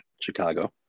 Chicago